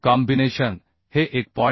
combination हे 1